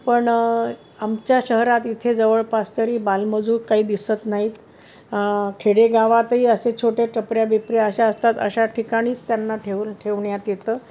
पण आमच्या शहरात इथे जवळपास तरी बालमजूर काही दिसत नाही आहेत खेडेगावातही असे छोटे टपऱ्या बिपऱ्या अशा असतात अशा ठिकाणीच त्यांना ठेवून ठेवण्यात येतं